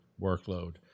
workload